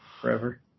forever